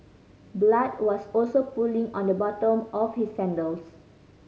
blood was also pooling on the bottom of his sandals